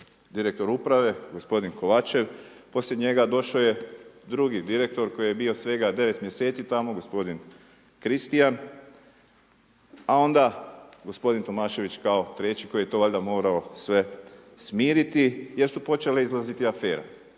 direktor uprave gospodin Kovačev. Poslije njega došao je drugi direktor koji je bio svega 9 mjeseci tamo, gospodin Kristijan a onda gospodin Tomašević kao treći koji je to valjda morao smiriti jer su počele izlaziti afere.